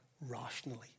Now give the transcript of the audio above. rationally